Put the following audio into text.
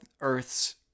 Earth's